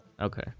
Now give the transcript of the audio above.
okay